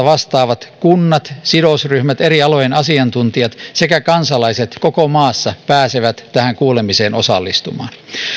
vastaavat kunnat sidosryhmät eri alojen asiantuntijat sekä kansalaiset koko maassa pääsevät tähän kuulemiseen osallistumaan